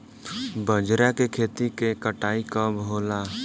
बजरा के खेती के कटाई कब होला?